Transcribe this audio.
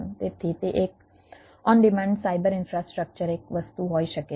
તેથી તે એક ઓન ડિમાન્ડ સાયબર ઇન્ફ્રાસ્ટ્રક્ચર એક વસ્તુ હોઈ શકે છે